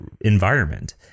environment